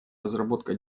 разработка